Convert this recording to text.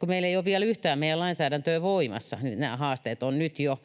kun meillä ei ole vielä yhtään meidän lainsäädäntöä voimassa ja ne haasteet ovat nyt jo,